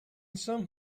some